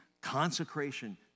Consecration